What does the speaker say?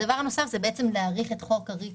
הדבר הנוסף שאנחנו עושים זה להאריך את חוק הריטים,